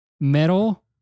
metal